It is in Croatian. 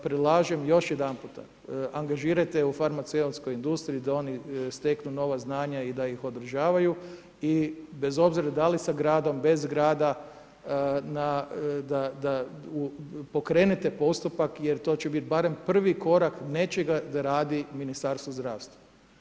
Predlažem još jedanputa, angažirajte u farmaceutskoj industriji da oni steknu nova znanja i da ih održavaju i bez obzira da li sa gradom, bez grada da pokrenete postupak jer to će biti barem prvi korak nečega da radi Ministarstvo zdravstva.